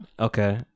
Okay